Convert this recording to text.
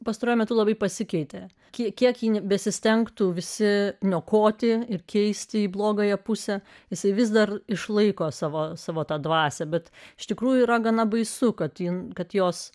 pastaruoju metu labai pasikeitė tiek kiek besistengtų visi niokoti ir keisti į blogąją pusę visi vis dar išlaiko savo savo tą dvasią bet iš tikrųjų yra gana baisu kad ji kad jos